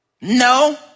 No